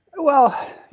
well,